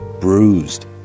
bruised